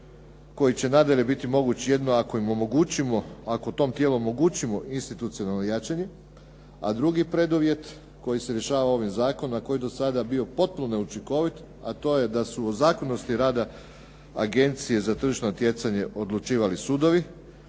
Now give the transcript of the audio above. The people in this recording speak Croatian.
koji će nadalje biti moguć jedino ako im omogućimo, ako tom tijelu omogućimo institucionalno jačanje. A drugi preduvjet koji se rješava ovim zakonom a koji je do sada bio potpuno neučinkovit a to je da su o zakonitosti rada Agencije za tržišno natjecanje odlučivali sudovi,